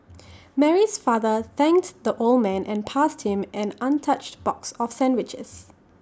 Mary's father thanks the old man and passed him an untouched box of sandwiches